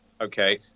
okay